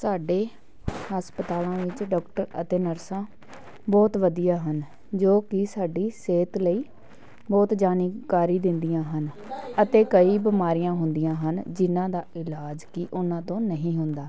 ਸਾਡੇ ਹਸਪਤਾਲਾਂ ਵਿੱਚ ਡਾਕਟਰ ਅਤੇ ਨਰਸਾਂ ਬਹੁਤ ਵਧੀਆ ਹਨ ਜੋ ਕਿ ਸਾਡੀ ਸਿਹਤ ਲਈ ਬਹੁਤ ਜਾਣਕਾਰੀ ਦਿੰਦੀਆਂ ਹਨ ਅਤੇ ਕਈ ਬਿਮਾਰੀਆਂ ਹੁੰਦੀਆਂ ਹਨ ਜਿਨ੍ਹਾਂ ਦਾ ਇਲਾਜ ਕਿ ਉਹਨਾਂ ਤੋਂ ਨਹੀਂ ਹੁੰਦਾ